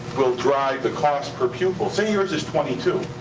will drive the cost per pupil. say yours is twenty two.